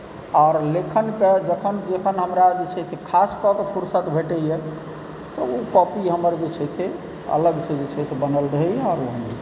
आर लेखनके जखन लेखन हमरा जे छै से खास कऽ कऽ फुर्सत भेटैया तऽ ओ कॉपी हमर जे छै से अलगसँ जे छै बनल रहैया आओर हम लिखैत रहै छी